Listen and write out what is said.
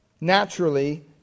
naturally